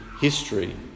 history